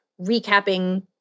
recapping